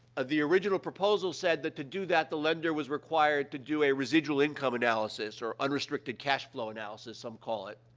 ah, the original proposal said that to do that, the lender was required to do a residual income analysis or unrestricted cash flow analysis, some call it.